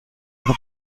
ihre